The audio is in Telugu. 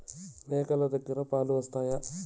మేక లు దగ్గర పాలు వస్తాయా?